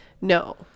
no